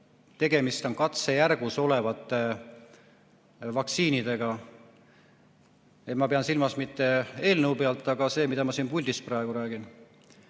tegemist on katsejärgus olevate vaktsiinidega. Ma pean silmas mitte eelnõu, vaid seda, mida ma siin puldis praegu räägin.